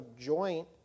joint